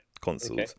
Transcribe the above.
consoles